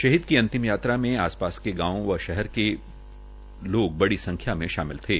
शहीद की अंतिम यात्रा में आस पास के गांव व शहर के लोग बड़ी संख्या में शामिल थे